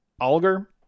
alger